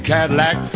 Cadillac